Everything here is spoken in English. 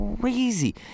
crazy